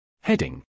Heading